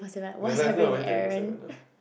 the land is not twenty four seven ah